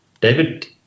David